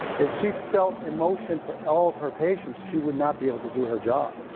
if she felt emotion for all of her patients, she would not be able to do her job.